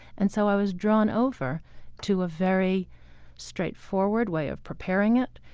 and so i was drawn over to a very straightforward way of preparing it,